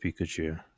Pikachu